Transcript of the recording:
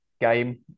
game